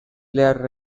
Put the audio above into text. claire